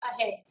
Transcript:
ahead